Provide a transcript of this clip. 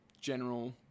general